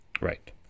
Right